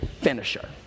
finisher